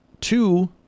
two